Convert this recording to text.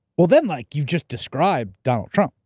well then like you've just described donald trump.